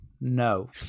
No